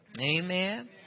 Amen